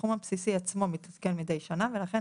הסכום הבסיסי עצמו מתעדכן מידי שנה ולכן